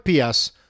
PS